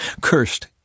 cursed